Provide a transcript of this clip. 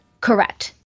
Correct